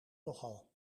nogal